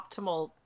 optimal